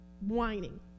whining